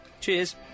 Cheers